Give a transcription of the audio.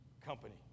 company